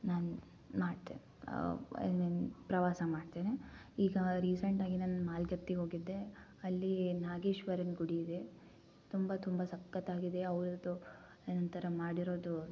ನಾನು ಮಾಡ್ತೆ I mean ಪ್ರವಾಸ ಮಾಡ್ತೇನೆ ಈಗ ರೀಸೆಂಟ್ ಆಗಿ ನಾನು ಮಾಲ್ಗತ್ತಿಗೆ ಹೋಗಿದ್ದೆ ಅಲ್ಲೀ ನಾಗೇಶ್ವರನ ಗುಡಿ ಇದೆ ತುಂಬ ತುಂಬ ಸಕ್ಕತ್ ಆಗಿದೆ ಅವ್ರದು ನಂತರ ಮಾಡಿರೋದು